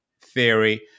theory